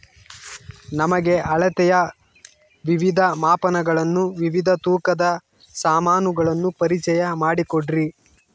ನಮಗೆ ಅಳತೆಯ ವಿವಿಧ ಮಾಪನಗಳನ್ನು ವಿವಿಧ ತೂಕದ ಸಾಮಾನುಗಳನ್ನು ಪರಿಚಯ ಮಾಡಿಕೊಡ್ರಿ?